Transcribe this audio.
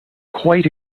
quite